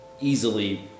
easily